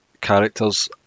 characters